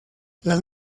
las